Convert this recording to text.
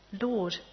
Lord